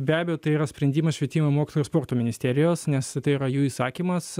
be abejo tai yra sprendimas švietimo mokslo ir sporto ministerijos nes tai yra jų įsakymas